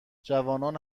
جوانان